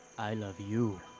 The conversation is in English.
i love you,